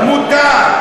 לכם מותר.